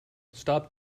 stop